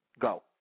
Go